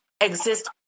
exist